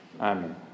Amen